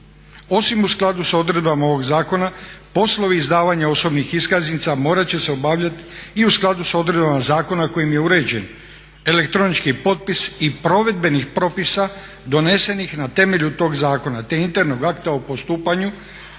Osim u skladu s odredbama ovog zakona poslovi izdavanja osobnih iskaznica morat će se obavljati i u skladu s odredbama zakona kojim je uređen elektronički potpis i provedbenih propisa donesenih na temelju tog zakona, te internog akta o postupanju